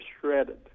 shredded